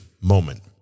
moment